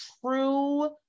true